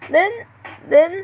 then then